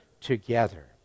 together